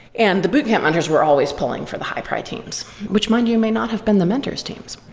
and the boot camp mentors were always pulling for the high-pri teams, which mind you, may not have been the mentors teams.